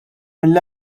mill